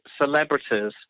celebrities